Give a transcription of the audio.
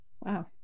Wow